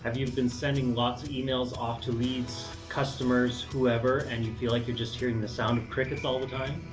and you been sending lots of emails off to leads, customers, whoever, and you feel like you're just hearing the sound of crickets all the time?